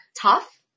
Tough